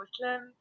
Muslim